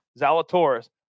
Zalatoris